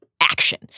action